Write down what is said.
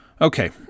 Okay